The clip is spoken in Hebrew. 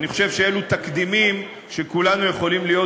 אני חושב שאלו תקדימים שכולנו יכולים להיות